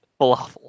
Falafel